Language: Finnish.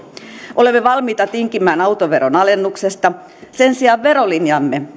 olemme valmiita tinkimään autoveron alennuksesta sen sijaan verolinjamme